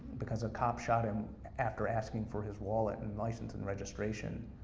because a cop shot him after asking for his wallet, and licence, and registration.